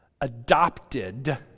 Adopted